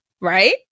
right